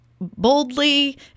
boldly